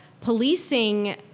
policing